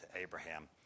Abraham